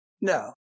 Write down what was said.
No